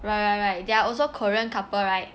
right right they are also korean couple right